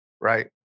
Right